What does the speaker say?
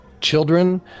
children